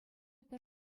пӗр